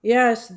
Yes